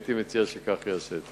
והייתי מציע שכך ייעשה.